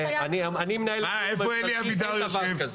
איפה אלי אבידר יושב?